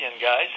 guys